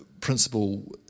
principle